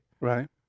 Right